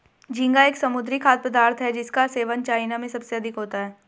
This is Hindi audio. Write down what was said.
झींगा एक समुद्री खाद्य पदार्थ है जिसका सेवन चाइना में सबसे अधिक होता है